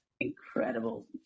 incredible